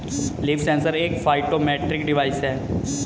leaf sensor एक phytometric device है